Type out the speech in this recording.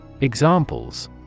Examples